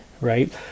right